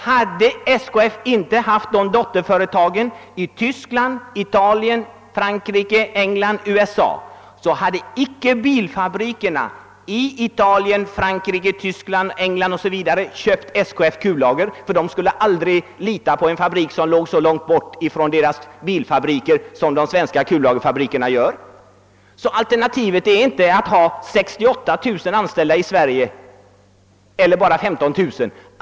Hade SKF inte haft dessa dotterföretag i Tyskland, Italien, Frankrike, England och USA, så hade icke bilfabrikerna i dessa länder köpt SKF:s kullager. De skulle aldrig lita på en fabrik som låg så långt borta från bilfabrikerna som de svenska kullagerfabrikerna gör. Alternativet är därför inte att ha 68 000 anställda i Sverige i stället för bara 15 000.